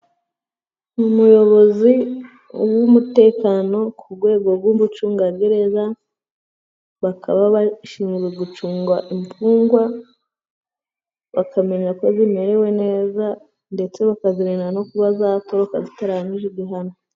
Umuyobozi w'umutekano ku rwego rw'umucungagereza, bakaba bashinzwe gucunga imfungwa, bakamenya ko zimerewe neza ndetse bakazirinda no kuba zatoroka zitarangije igihano.